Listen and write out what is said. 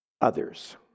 others